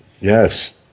Yes